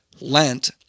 Lent